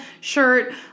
shirt